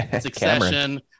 Succession